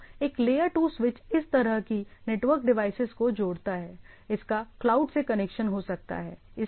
तो एक layer 2 switch इस तरह कि नेटवर्क डिवाइसेज को जोड़ता है इसका क्लाउड से कनेक्शन हो सकता है